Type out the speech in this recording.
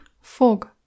Fog